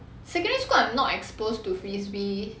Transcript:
secondary school I'm not exposed to frisbee